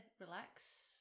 relax